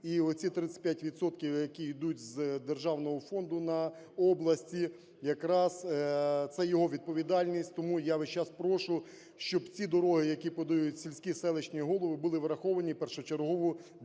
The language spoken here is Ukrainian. відсотків, які ідуть з державного фонду на області, якраз це його відповідальність. Тому я весь час прошу, щоб ці дороги, які подають сільські, селищні голови, були враховані першочергово для